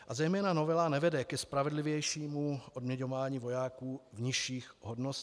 A zejména novela nevede ke spravedlivějšímu odměňování vojáků v nižších hodnostech.